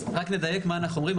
לדייק מה שאנו אומרים,